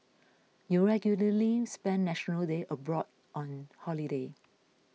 you regularly spend National Day abroad on holiday